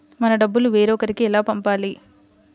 మన డబ్బులు వేరొకరికి ఎలా పంపాలి?